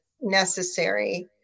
necessary